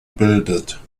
bildet